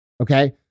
Okay